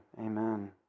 Amen